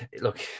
look